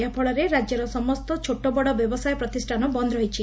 ଏହାଫଳରେ ରାଜ୍ୟର ସମସ୍ତ ଛୋଟ ବଡ ବ୍ୟବସାୟ ପ୍ରତିଷ୍ଠାନ ବନ୍ଦ ରହିଛି